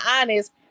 honest